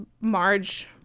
marge